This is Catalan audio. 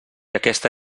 aquesta